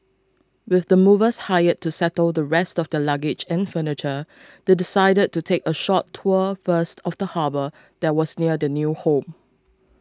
with the movers hired to settle the rest of their luggage and furniture they decided to take a short tour first of the harbour that was near their new home